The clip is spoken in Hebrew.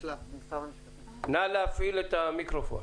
שאמר קודם נציג משרד האוצר לעניין פרסום